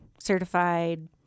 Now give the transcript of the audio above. certified